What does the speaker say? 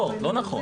לא, לא נכון.